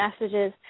messages